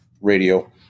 radio